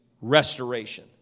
restoration